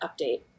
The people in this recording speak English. update